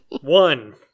One